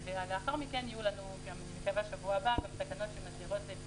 לאחר מכן יהיו לנו גם תקנות שמסדירות את